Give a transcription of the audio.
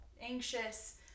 anxious